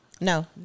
No